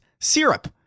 Syrup